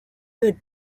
good